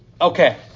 Okay